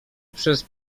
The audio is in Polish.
przez